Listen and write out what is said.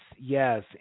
Yes